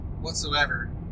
whatsoever